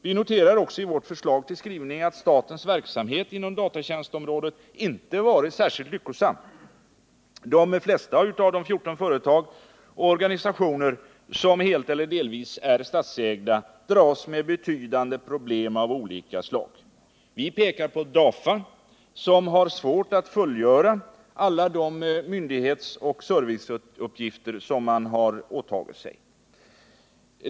Vi noterar också i vårt förslag till skrivning att statens verksamhet inom datatjänstområdet inte varit särskilt lyckosam. De flesta av de 14 företag och organisationer, som helt eller delvis är statsägda, dras med 157 betydande problem av olika slag. Vi pekar på DAFA, som har svårt att fullfölja alla de myndighetsoch serviceuppgifter som man har åtagit sig.